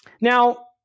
Now